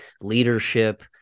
leadership